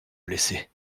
blessé